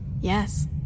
Yes